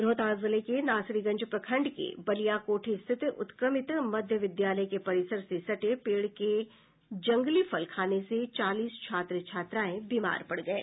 रोहतास जिले के नासरीगंज प्रखंड के बलियाकोठी स्थित उत्क्रमित मध्य विद्यालय के परिसर से सटे पेड़ के जंगली फल खाने से चालीस छात्र छात्राएं बीमार पड़ गये